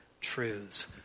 truths